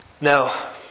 Now